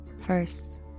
First